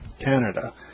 Canada